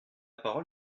parole